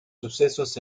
sucesos